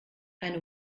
eine